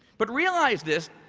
but realize this,